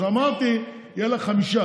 אז אמרתי, יהיה לך חמישה.